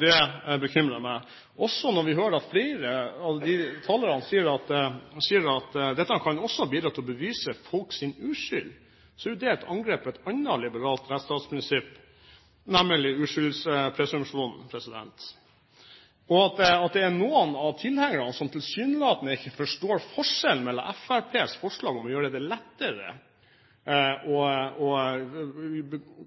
Det bekymrer meg også når flere av talerne sier at dette kan bidra til å bevise folks uskyld. Det er jo et angrep på et annet liberalt rettsstatsprinsipp, nemlig uskyldspresumpsjonen. At det er noen av tilhengerne som tilsynelatende ikke forstår forskjellen mellom Fremskrittspartiets forslag om å gjøre det lettere å komme med tiltak overfor folk som etter domstolsbehandling antas å